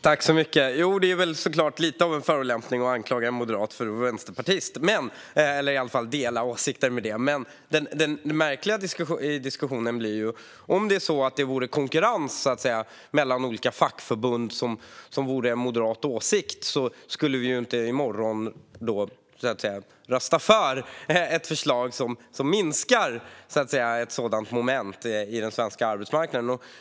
Fru talman! Jo, det är såklart lite av en förolämpning att anklaga en moderat för att vara vänsterpartist eller att i alla fall dela åsikter med en vänsterpartist. Men det märkliga i diskussionen blir att om det vore konkurrens mellan olika fackförbund, som skulle vara en moderat åsikt, skulle vi inte i morgon rösta för ett förslag som minskar ett sådant moment på den svenska arbetsmarknaden.